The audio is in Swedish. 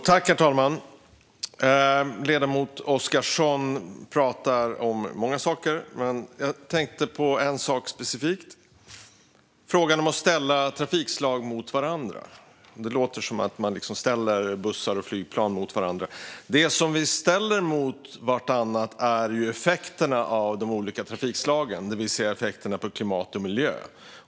Herr talman! Ledamoten Oscarsson pratade om många saker, och jag tänkte specifikt på en sak, nämligen frågan om att ställa trafikslag mot varandra. Det låter som att man ställer till exempel bussar och flygplan mot varandra, men det vi ställer mot vartannat är ju de olika trafikslagens effekter på klimat och miljö.